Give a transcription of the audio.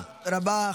תודה רבה.